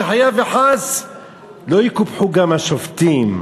שחלילה וחס לא יקופחו גם השופטים.